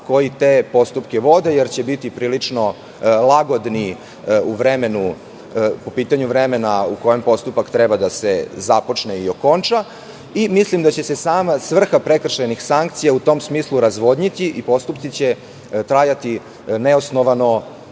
koji te postupke vode, jer će biti prilično lagodni po pitanju vremena u kojem postupak treba da se započne i okonča. Mislim da će se sama svrha prekršajnih sankcija u tom smislu razvodniti i postupci će trajati neosnovano